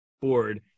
board